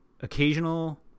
occasional